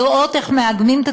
לראות איך מאגמים את